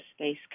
space